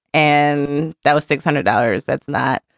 and that was six hundred hours. that's that.